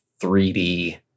3D